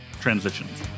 transitions